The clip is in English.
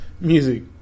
music